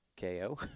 KO